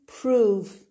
prove